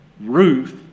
Ruth